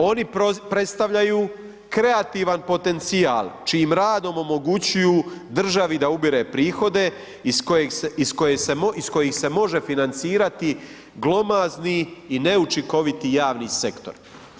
Oni predstavljaju kreativan potencijal čijim radom omogućuju državi da ubire prihode iz kojih se može financirati glomazni i neučinkoviti javni sektor.